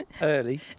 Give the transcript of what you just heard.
early